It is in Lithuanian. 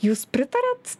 jūs pritariat